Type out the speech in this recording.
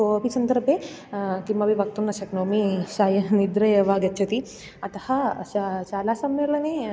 कोपि सन्दर्भे किमपि वक्तुं न शक्नोमि शयनं निद्रा एव आगच्छति अतः शालासम्मेलने